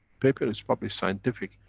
paper is published scientifically.